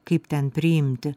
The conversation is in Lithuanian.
kaip ten priimti